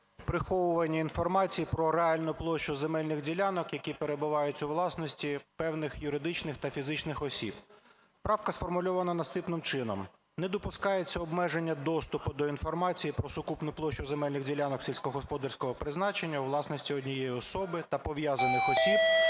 приховуванні інформації про реальну площу земельних ділянок, які перебувають у власності певних юридичних та фізичних осіб. Правка сформульована наступним чином: "Не допускається обмеження доступу до інформації про сукупну площу земельних ділянок сільськогосподарського призначення у власності однієї особи та пов'язаних осіб,